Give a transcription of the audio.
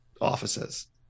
offices